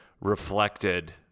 reflected